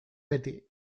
beti